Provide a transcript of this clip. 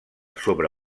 sobre